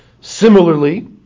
Similarly